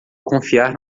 confiar